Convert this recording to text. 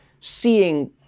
seeing